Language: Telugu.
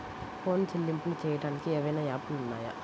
ఫోన్ చెల్లింపులు చెయ్యటానికి ఏవైనా యాప్లు ఉన్నాయా?